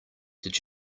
did